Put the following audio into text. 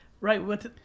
Right